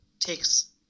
takes